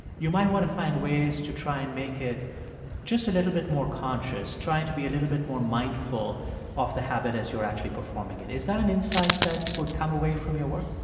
you might want to find ways to try and make it just a little bit more conscious, try and to be a little bit more mindful of the habit as you are actually performing it. is that an insight that would come away from your work?